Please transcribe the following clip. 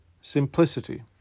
simplicity